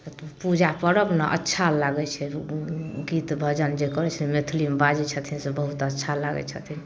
पूजा करब ने अच्छा लागै छै गीत भजन जे करै छथिन मैथिलीमे बाजै छथिन से बहुत अच्छा लागै छथिन